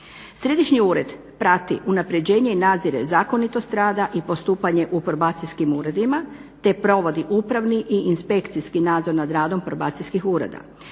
Središnji ured prati unaprjeđenje i nadzire zakonitost rada i postupanje u probacijskim uredima te provodi upravni i inspekcijski nadzor nad radom probacijskih ureda.